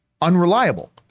unreliable